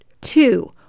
Two